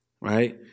Right